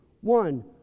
One